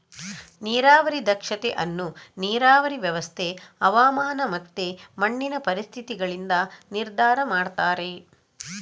ನೀರಾವರಿ ದಕ್ಷತೆ ಅನ್ನು ನೀರಾವರಿ ವ್ಯವಸ್ಥೆ, ಹವಾಮಾನ ಮತ್ತೆ ಮಣ್ಣಿನ ಪರಿಸ್ಥಿತಿಗಳಿಂದ ನಿರ್ಧಾರ ಮಾಡ್ತಾರೆ